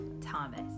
Thomas